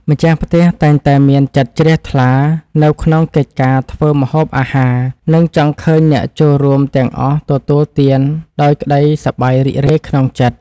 ម្ចាស់ផ្ទះតែងតែមានចិត្តជ្រះថ្លានៅក្នុងកិច្ចការធ្វើម្ហូបអាហារ និងចង់ឃើញអ្នកចូលរួមទាំងអស់ទទួលទានដោយក្តីសប្បាយរីករាយក្នុងចិត្ត។